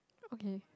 okay